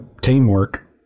Teamwork